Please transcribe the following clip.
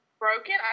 broken